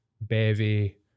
Bevy